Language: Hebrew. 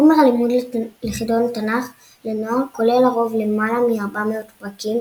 חומר הלימוד לחידון התנ"ך לנוער כולל לרוב למעלה מ-400 פרקים,